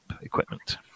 equipment